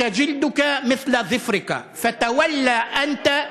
(אומר דברים בשפה הערבית, להלן תרגומם: